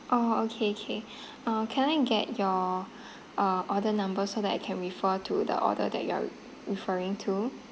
oh okay okay uh can I get your uh order number so that I can refer to the order that you are referring to